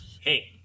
Hey